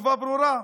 התשובה ברורה: